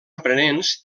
aprenents